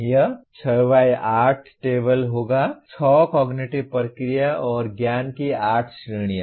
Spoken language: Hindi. यह 6 बाय 8 टेबल होगा 6 कॉग्निटिव प्रक्रिया और ज्ञान की 8 श्रेणियां